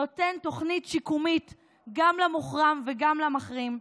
נותן תוכנית שיקומית גם למוחרם וגם למחרים,